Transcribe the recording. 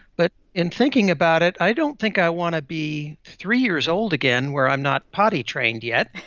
but in thinking about it, i don't think i want to be three years old again where i'm not potty trained yet.